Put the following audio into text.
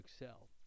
excel